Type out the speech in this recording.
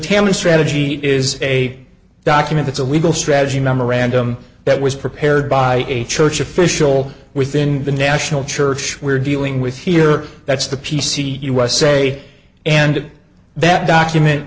tammany strategy is a document it's a legal strategy memorandum that was prepared by a church official within the national church we're dealing with here that's the p c usa and that document